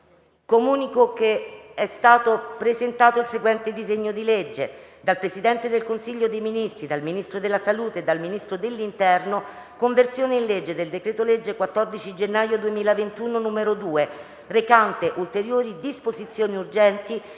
Comunico che è stato presentato il seguente disegno di legge: *dal Presidente del Consiglio dei ministri, dal Ministro della salute e dal Ministro dell'interno:* «Conversione in legge del decreto-legge 14 gennaio 2021, n. 2, recante ulteriori disposizioni urgenti